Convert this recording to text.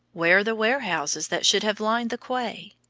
where the warehouses that should have lined the quay?